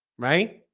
right?